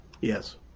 Yes